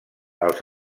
els